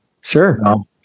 sure